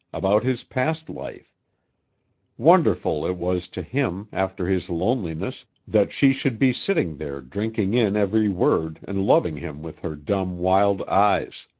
about his past life wonderful it was to him, after his loneliness, that she should be sitting there drinking in every word and loving him with her dumb, wild eyes.